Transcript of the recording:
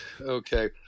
okay